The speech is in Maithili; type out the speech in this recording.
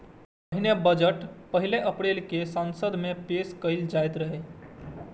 पहिने बजट पहिल अप्रैल कें संसद मे पेश कैल जाइत रहै